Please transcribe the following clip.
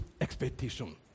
expectation